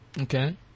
Okay